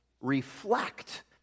reflect